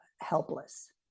helpless